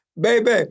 Baby